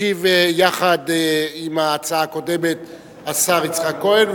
ישיב, יחד עם ההצעה הקודמת, השר יצחק כהן.